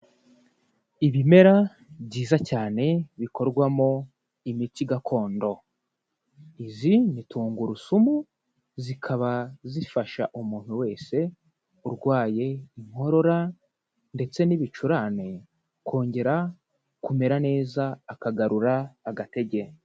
Ibimera byiza cyane bikorwamo imiti gakondo, izi ni tungurusumu zikaba zifasha umuntu wese urwaye inkorora ndetse n'ibicurane kongera kumera neza akagarura agatege.